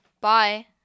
Bye